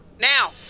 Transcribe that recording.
Now